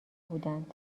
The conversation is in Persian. بودند